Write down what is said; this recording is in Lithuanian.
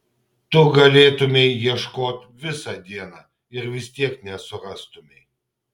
tu galėtumei ieškot visą dieną ir vis tiek nesurastumei